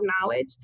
knowledge